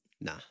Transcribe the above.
Nah